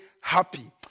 happy